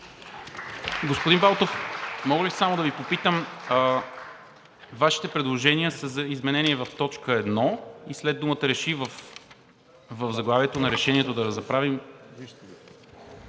Господин Балтов, мога ли само да Ви попитам? Вашите предложения са за изменение в т. 1 и след думата „Реши:“. В заглавието на решението да направим